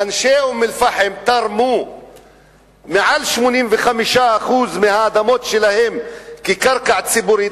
ואנשי אום-אל-פחם תרמו מעל 85% מהאדמות שלהם כקרקע ציבורית,